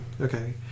Okay